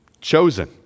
chosen